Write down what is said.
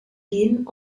gehen